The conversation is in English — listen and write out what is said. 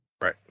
Right